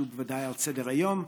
שהוא בוודאי על סדר-היום.